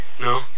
No